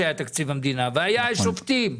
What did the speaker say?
היו השופטים,